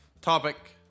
topic